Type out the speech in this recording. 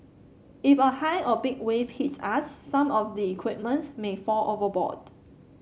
if a high or big wave hits us some of the equipment may fall overboard